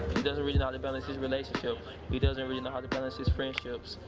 he doesn't really know how to balance his relationship he doesn't really know how to balance his friendships.